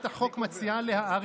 מה זה